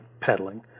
pedaling